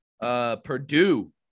Purdue